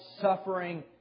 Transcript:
suffering